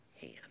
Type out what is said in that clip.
hand